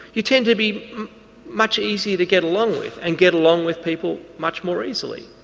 you tend to be much easier to get along with and get along with people much more easily.